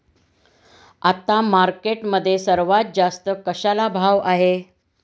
आता मार्केटमध्ये सर्वात जास्त कशाला भाव आहे?